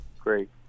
Great